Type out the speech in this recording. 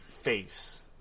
face